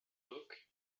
book